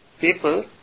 people